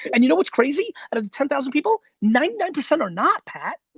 and you know what's crazy? out of ten thousand people, ninety nine percent are not, pat.